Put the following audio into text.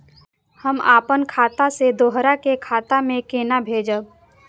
हम आपन खाता से दोहरा के खाता में केना भेजब?